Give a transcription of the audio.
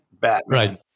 Batman